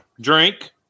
drink